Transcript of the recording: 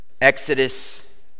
Exodus